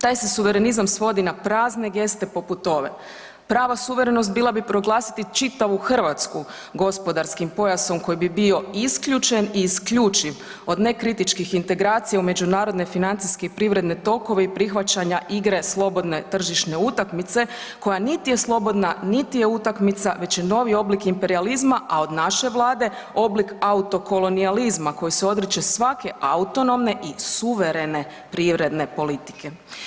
Taj se suverenizam svodi na prazne geste poput ove, prava suverenost bila bi proglasiti čitavu Hrvatsku gospodarskim pojasom koji bi bio isključen i isključiv od nekritičkih integracija u međunarodne financijske i privredne tokove i prihvaćanja igre slobodne tržišne utakmice, koja niti je slobodna, niti je utakmica, već je novi oblik imperijalizma, a od naše vlade, oblik autokolonijalizma, koji se odriče svake autonomne i suverene privredne politike.